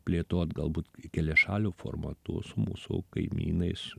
plėtot galbūt keliašaliu formatu su mūsų kaimynais